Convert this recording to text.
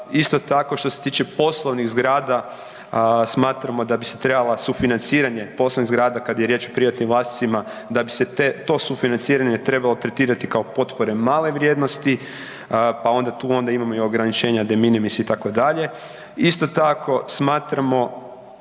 Isto tako što se tiče poslovnih zgrada, smatramo da bi se trebala sufinanciranje poslovnih zgrada kad je riječ o privatnim vlasnicima, da bi se to sufinanciranje trebalo tretirati kao potpore male vrijednosti pa onda tu imamo i ograničenje de minimis itd. Isto tako smatramo